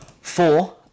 four